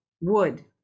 wood